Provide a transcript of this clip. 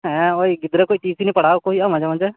ᱦᱮᱸ ᱦᱚᱭᱼᱚᱭ ᱜᱤᱫᱽᱨᱟᱹ ᱠᱚᱭ ᱴᱤᱣᱥᱚᱱᱤ ᱯᱟᱲᱦᱟᱣ ᱠᱚ ᱦᱩᱭᱩᱜ ᱟ ᱢᱟᱡᱷᱮᱼᱢᱟᱡᱷᱮ